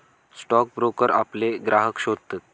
stock broker आपले ग्राहक शोधतत